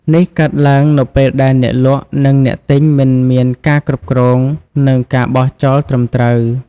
នេះកើតឡើងនៅពេលដែលអ្នកលក់ និងអ្នកទិញមិនមានការគ្រប់គ្រង និងការបោះចោលត្រឹមត្រូវ។